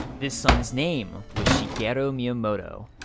this son's name was shigeru miyamoto.